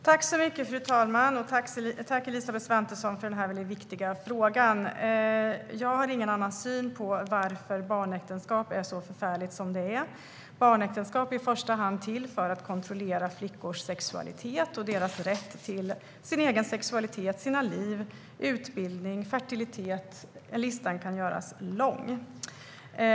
Fru talman! Tack, Elisabeth Svantesson, för denna viktiga fråga! Jag har ingen annan syn på varför barnäktenskap är så förfärligt som det är. Barnäktenskap är i första hand till för att kontrollera flickors sexualitet, deras rätt till sin egen sexualitet, sitt liv, utbildning, fertilitet - listan kan göras lång.